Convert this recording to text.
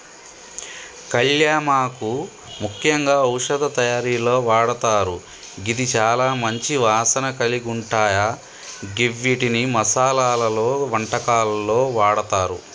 కళ్యామాకు ముఖ్యంగా ఔషధ తయారీలో వాడతారు గిది చాల మంచి వాసన కలిగుంటాయ గివ్విటిని మసాలలో, వంటకాల్లో వాడతారు